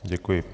Děkuji.